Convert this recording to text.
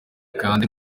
kandi